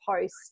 post